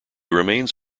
remains